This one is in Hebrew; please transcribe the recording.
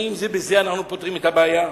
האם בזה אנחנו פותרים את הבעיה?